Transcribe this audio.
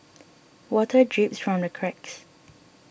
water drips from the cracks